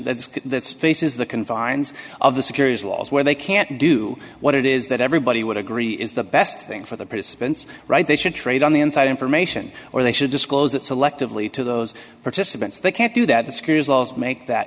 faces the confines of the securities laws where they can't do what it is that everybody would agree is the best thing for the participants right they should trade on the inside information or they should disclose it selectively to those participants they can't do that t